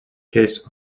case